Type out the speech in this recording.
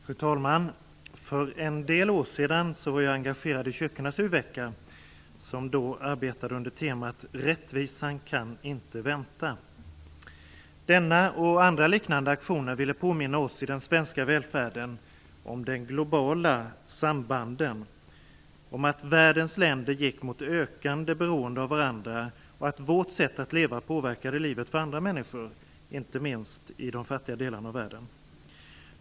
Fru talman! För en del år sedan var jag engagerad i kyrkornas u-vecka som då arbetade under temat "Rättvisan kan inte vänta". Denna och andra liknande aktioner ville påminna oss i den svenska välfärden om de globala sambanden, om att världens länder gick mot ökande beroende av varandra, och om att vårt sätt att leva påverkade livet för andra människor, inte minst i de fattiga delarna av världen.